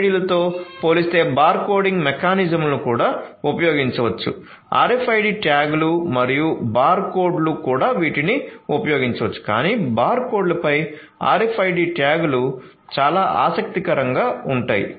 RFID లతో పోల్చితే bar coding మెకానిజమ్లను కూడా ఉపయోగించవచ్చు RFID ట్యాగ్లు మరియు బార్కోడ్లు కూడా వీటిని ఉపయోగించవచ్చు కానీ బార్కోడ్లపై RFID ట్యాగ్లు చాలా ఆసక్తికరంగా ఉంటాయి